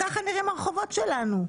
וככה נראים הרחובות שלנו.